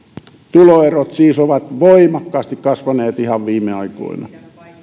tuloerot siis ovat voimakkaasti kasvaneet ihan viime aikoina